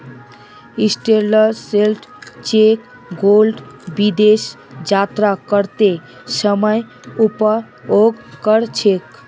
travellers cheque लोग विदेश यात्रा करते समय उपयोग कर छे